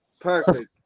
Perfect